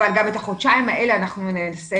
אבל גם בחודשיים האלה אנחנו ננסה לקדם.